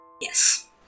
Yes